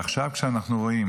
עכשיו, כשאנחנו רואים